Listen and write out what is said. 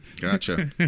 Gotcha